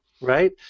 right